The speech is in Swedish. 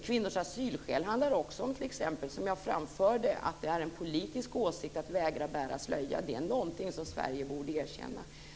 Kvinnors asylskäl handlar också om, som jag framförde, att det är en politisk åsikt att vägra bära slöja. Det är någonting som Sverige borde erkänna.